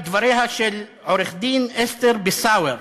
את דבריה של עורכת-הדין אסתר ביסוור,